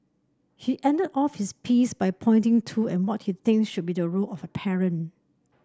he ended off his piece by pointing to what he thinks should be the role of a parent